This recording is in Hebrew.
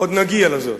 עוד נגיע לזאת.